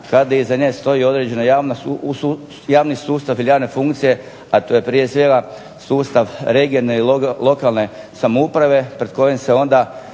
kada iza nje stoji određeni javni sustav ili javne funkcije, a to je prije svega sustav regionalne i lokalne samouprave pred kojim se onda